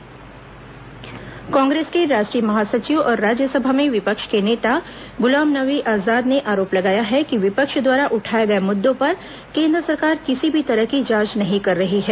कांग्रेस पत्रकारवार्ता कांग्रेस के राष्ट्रीय महासचिव और राज्यसभा में विपक्ष के नेता गुलाम नबी आजाद ने आरोप लगाया है कि विपक्ष द्वारा उठाए गए मुद्दों पर केंद्र सरकार किसी भी तरह की जांच नहीं कर रही है